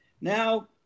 Now